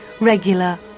Regular